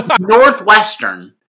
Northwestern